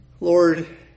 Lord